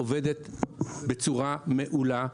עובדת בצורה מעולה.